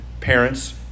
parents